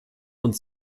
und